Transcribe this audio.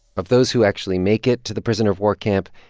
of those who actually make it to the prisoner of war camp,